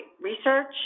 research